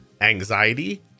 anxiety